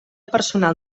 personal